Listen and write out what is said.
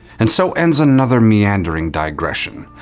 and so ends another meandering digression,